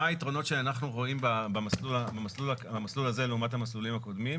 מה היתרונות שאנחנו רואים במסלול הזה לעומת המסלולים הקודמים?